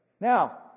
Now